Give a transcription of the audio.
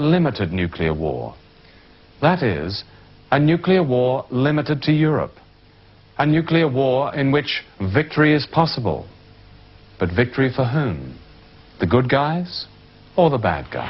limited nuclear war that is a nuclear war limited to europe a nuclear war in which victory is possible a victory for the good guys all the bad guy